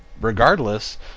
regardless